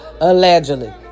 Allegedly